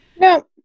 No